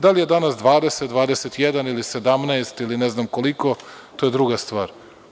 Da li je danas 20, 21, ili 17, ili ne znam koliko, to je druga stvar.